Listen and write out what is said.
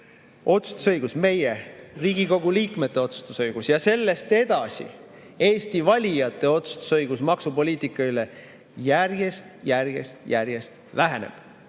otsustusõigus, meie, Riigikogu liikmete otsustusõigus ja sellest edasi Eesti valijate õigus otsustada maksupoliitika üle järjest, järjest, järjest väheneb.